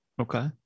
Okay